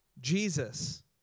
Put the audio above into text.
Jesus